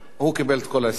הוא קיבל את כל עשר הדקות,